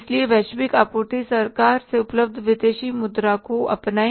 इसलिए वैश्विक आपूर्ति सरकार से उपलब्ध विदेशी मुद्रा को अपनाए